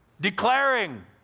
Declaring